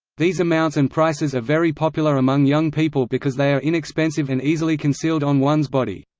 these amounts and prices are very popular among young people because they are inexpensive and easily concealed on one's body.